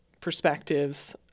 perspectives